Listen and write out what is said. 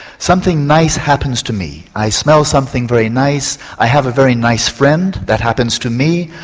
something nice happens to me, i smell something very nice, i have a very nice friend that happens to me,